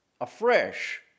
afresh